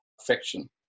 affection